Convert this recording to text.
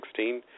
2016